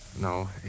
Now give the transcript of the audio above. No